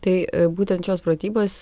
tai būtent šios pratybos